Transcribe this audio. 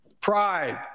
pride